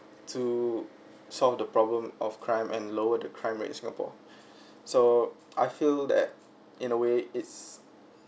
to solve the problem of crime and lower the crime rate in singapore so I feel that in a way it's